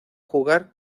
jugar